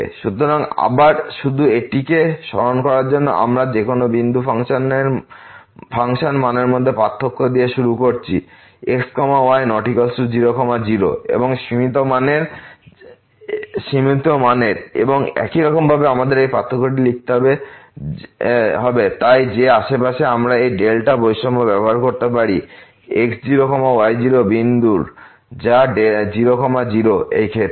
সুতরাং আবার শুধু এটিকে স্মরণ করার জন্য আমরা যেকোনো বিন্দু ফাংশন মানের মধ্যে পার্থক্য দিয়ে শুরু করেছি x y0 0 এবং এর সীমিত মানের এবং একরকমভাবে আমাদের এই পার্থক্যটি লিখতে হবে তাই যে আশেপাশে থেকে আমরা এই ডেল্টা বৈষম্য ব্যবহার করতে পারি x0 y0 বিন্দুরযা 0 0 এই ক্ষেত্রে